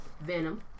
Venom